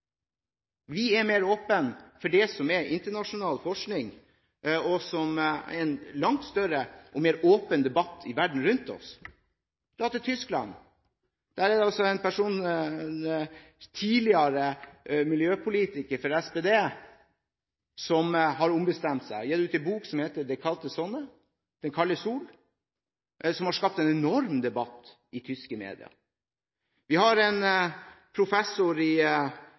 Vi er mer åpne for det som er internasjonal forskning, og som er en langt større og mer åpen debatt i verden rundt oss. Vi kan dra til Tyskland. Der er det altså en person, en tidligere miljøpolitiker fra SPD, som har ombestemt seg og gitt ut en bok som heter «Die kalte Sonne» – «Den kalde sol» – som har skapt en enorm debatt i tyske medier. Vi har en professor, en nobelprisvinner i